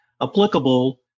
applicable